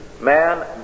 Man